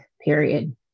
period